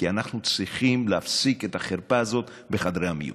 כי אנחנו צריכים להפסיק את החרפה הזאת בחדרי המיון.